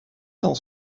dans